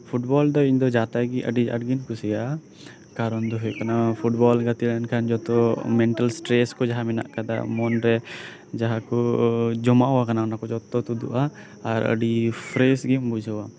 football ᱫᱚ ᱤᱧ ᱫᱚ ᱡᱟ ᱛᱟᱭ ᱜᱮ ᱟᱰᱤ ᱟᱸᱴ ᱜᱮᱧ ᱠᱩᱥᱤᱭᱟᱜᱼᱟ ᱠᱟᱨᱚᱱ ᱫᱚ ᱦᱳᱭᱳᱜ ᱠᱟᱱᱟ ᱯᱷᱩᱴᱵᱚᱞ ᱜᱟᱛᱮ ᱞᱮᱱᱠᱷᱟᱱ ᱡᱚᱛᱚ ᱢᱮᱱᱴᱟᱞ ᱥᱴᱨᱮᱥ ᱠᱚ ᱡᱟᱦᱟᱸ ᱢᱮᱱᱟᱜ ᱠᱟᱫᱟ ᱢᱚᱱ ᱨᱮ ᱡᱟᱦᱟᱸ ᱠᱚ ᱡᱚᱢᱟᱣ ᱠᱟᱱᱟ ᱚᱱᱟ ᱠᱚ ᱡᱷᱚᱛᱚ ᱛᱳᱫᱳᱜᱼᱟ ᱟᱨ ᱟᱰᱤ ᱯᱷᱨᱮᱥ ᱜᱮᱢ ᱵᱩᱡᱷᱟᱹᱣᱟ